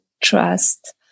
Trust